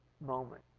moment